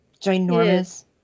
ginormous